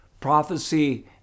Prophecy